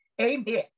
Amen